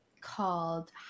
called